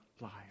life